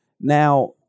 Now